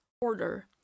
order